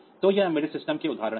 तो यह embedded system के उदाहरण हैं